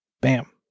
Bam